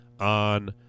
on